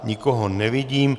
Nikoho nevidím.